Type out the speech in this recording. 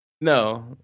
No